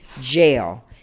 jail